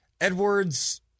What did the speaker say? Edwards